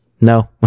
no